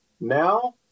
now